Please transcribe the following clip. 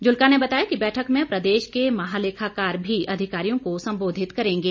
जुल्का ने बताया कि बैठक में प्रदेश के महालेखाकार भी अधिकारियों को संबोधित करेंगे